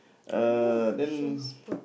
uh then